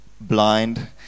blind